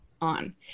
on